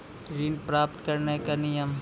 ऋण प्राप्त करने कख नियम?